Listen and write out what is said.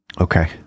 Okay